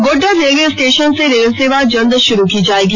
Godda railway station से rail सेवा जल्द शुरू की जायेगी